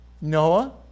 Noah